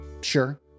Sure